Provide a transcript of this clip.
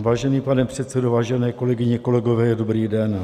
Vážený pane předsedo, vážené kolegyně, kolegové, dobrý den.